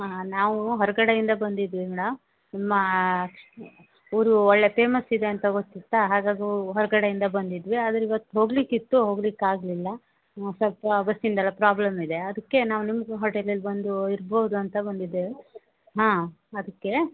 ಹಾಂ ನಾವು ಹೊರಗಡೆಯಿಂದ ಬಂದಿದ್ವಿ ಮೇಡಮ್ ನಿಮ್ಮ ಊರು ಒಳ್ಳೆಯ ಪೇಮಸ್ ಇದೆ ಅಂತ ಗೊತ್ತಿತ್ತಾ ಹಾಗಾಗಿ ಹೊರಗಡೆಯಿಂದ ಬಂದಿದ್ವಿ ಆದ್ರೆ ಇವತ್ತು ಹೋಗಲಿಕ್ಕಿತ್ತು ಹೋಗಲಿಕ್ ಆಗಲಿಲ್ಲ ಸ್ವಲ್ಪ ಬಸ್ಸಿನದೆಲ್ಲ ಪ್ರಾಬ್ಲಮ್ ಇದೆ ಅದಕ್ಕೆ ನಾವು ನಿಮ್ದು ಹೋಟೆಲೆಲ್ಲಿ ಬಂದು ಇರ್ಬೋದಾ ಅಂತ ಬಂದಿದ್ದೇವೆ ಹಾಂ ಅದಕ್ಕೆ